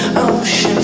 ocean